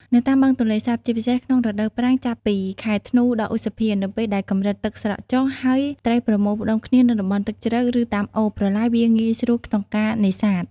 នៅតាមបឹងទន្លេសាប ជាពិសេសក្នុងរដូវប្រាំង ចាប់ពីខែធ្នូ ដល់ឧសភា នៅពេលដែលកម្រិតទឹកស្រកចុះ ហើយត្រីប្រមូលផ្តុំគ្នានៅតំបន់ទឹកជ្រៅ ឬតាមអូរ ប្រឡាយ វាងាយស្រួលក្នុងការនេសាទ។